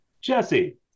Jesse